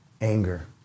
anger